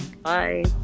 bye